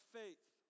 faith